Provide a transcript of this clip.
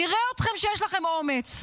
נראה אתכם שיש לכם אומץ.